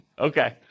Okay